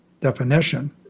definition